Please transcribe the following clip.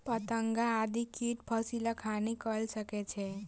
पतंगा आदि कीट फसिलक हानि कय सकै छै